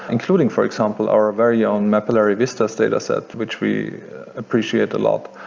including for example our very own mapillary vistas data set, which we appreciate a lot,